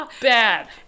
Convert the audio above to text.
Bad